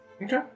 Okay